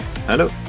Hello